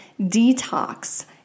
detox